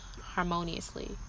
harmoniously